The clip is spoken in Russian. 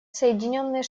соединенные